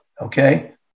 Okay